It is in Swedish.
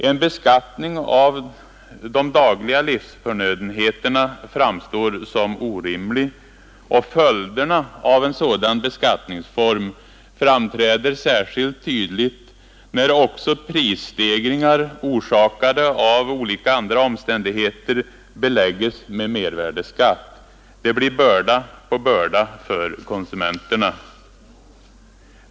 En beskattning av de dagliga livsförnödenheterna framstår som orimlig, och följderna av en sådan beskattningsform framträder särskilt tydligt när också prisstegringar, orsakade av olika andra omständigheter, beläggs med mervärdeskatt. Det blir då börda på börda för konsumenterna.